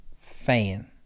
Fan